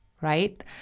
right